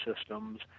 systems